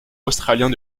australiens